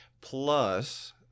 Plus